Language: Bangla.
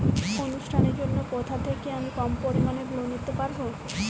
অনুষ্ঠানের জন্য কোথা থেকে আমি কম পরিমাণের লোন নিতে পারব?